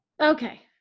Okay